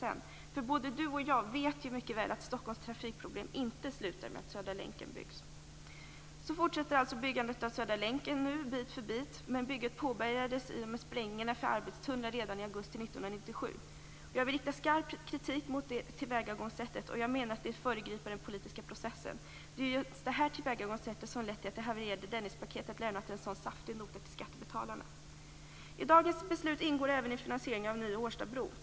Både Hans Stenberg och jag vet mycket väl att Stockholms trafikproblem inte är slut i och med att Södra länken byggs. Så fortsätter alltså byggandet av Södra länken bit för bit men bygget påbörjades redan i augusti 1997 i och med sprängningarna för arbetstunnlar. Jag vill rikta skarp kritik mot det tillvägagångssättet. Jag menar att den politiska processen därmed föregrips. Det är just detta tillvägagångssätt som lett till att det havererade Dennispaketet har lämnat efter sig en så saftig nota till skattebetalarna. I dagens beslut ingår även finansieringen av en ny Årstabro.